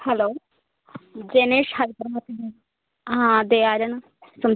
hello Janesh hyper മാർക്കറ്റല്ലേ ആ അതെ ആരാണ്